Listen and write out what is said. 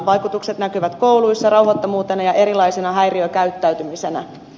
vaikutukset näkyvät kouluissa rauhattomuutena ja erilaisina häiriökäyttäytymisinä